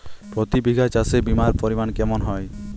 প্রতি বিঘা চাষে বিমার পরিমান কেমন হয়?